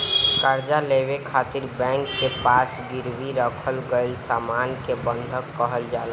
कर्जा लेवे खातिर बैंक के पास गिरवी रखल गईल सामान के बंधक कहल जाला